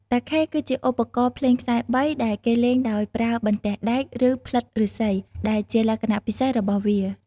តាខេ គឺជាឧបករណ៍ភ្លេងខ្សែបីដែលគេលេងដោយប្រើបន្ទះដែក ឬផ្លិតឫស្សី ដែលជាលក្ខណៈពិសេសរបស់វា។